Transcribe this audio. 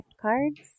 cards